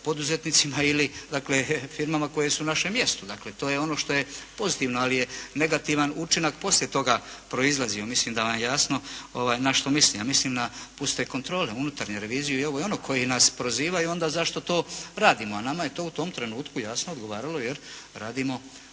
poduzetnicima ili dakle firmama koje su u našem mjestu. Dakle, to je ono što je pozitivno. Ali je negativan učinak poslije toga proizlazio. Mislim da vam je jasno na što mislim. Ja mislim na puste kontrole, unutarnju reviziju i ovo i ono koji nas prozivaju onda zašto to radimo, a nama je to u tom trenutku jasno odgovaralo jer radimo